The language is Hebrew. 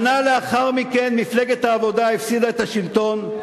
שנה לאחר מכן מפלגת העבודה הפסידה את השלטון,